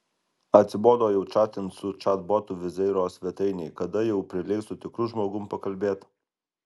atsibodo jau čatint su čatbotu wizzairo svetainėj kada jau prileis su tikru žmogum pakalbėt